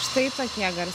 štai tokie gar